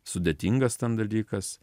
sudėtingas ten dalykas